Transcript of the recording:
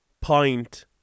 point